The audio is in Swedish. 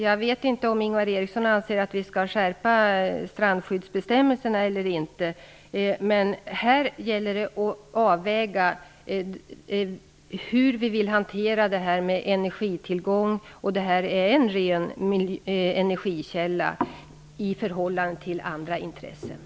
Jag vet inte om Ingvar Eriksson anser att strandskyddsbestämmelserna skall skärpas, men här gäller det att göra en avvägning mellan hur vi vill hantera energitillgången och andra intressen. Vindkraften är en ren energikälla.